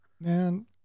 man